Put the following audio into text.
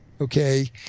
okay